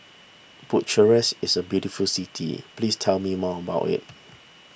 Bucharest is a very beautiful city please tell me more about it